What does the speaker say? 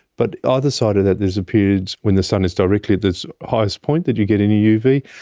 but either side of that there is a period when the sun is directly at its highest point that you get any uv.